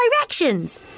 directions